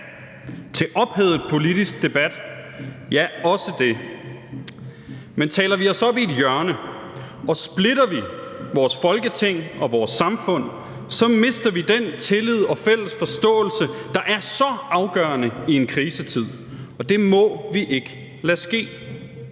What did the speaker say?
Til ophedet politisk debat? Ja, også det. Men taler vi os op i et hjørne, og splitter vi vores Folketing og vores samfund, mister vi den tillid og fælles forståelse, der er så afgørende i en krisetid. Det må vi ikke lade ske.